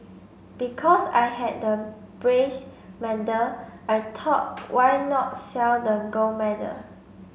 because I had the medal I thought why not sell the gold medal